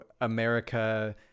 America